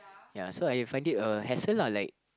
ya so I find it a hassle lah like